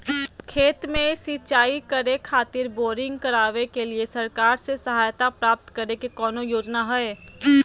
खेत में सिंचाई करे खातिर बोरिंग करावे के लिए सरकार से सहायता प्राप्त करें के कौन योजना हय?